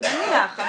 נניח.